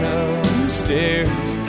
upstairs